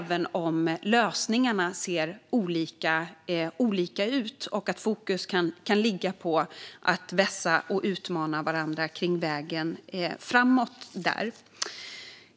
Det är lösningarna som ser olika ut, och fokus kan ligga på att vässa och utmana varandra när det gäller vägen framåt.